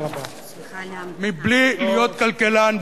מבלי להיות כלכלן,